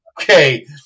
Okay